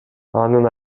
анын